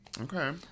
okay